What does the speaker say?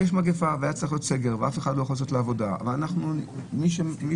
יש מגיפה והיה צריך להיות סגר ואף אחד לא יכול לצאת לעבודה,